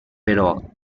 però